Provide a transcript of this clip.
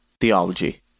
Theology